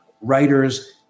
writers